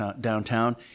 downtown